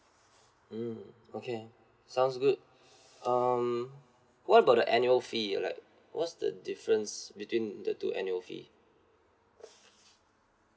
mm okay sounds good um what about the annual fee like what's the difference between the two annual fee